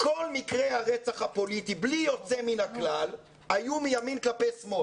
כל מקרי הרצח הפוליטיים בלי יוצא מן הכלל היו מימין כלפי שמאל.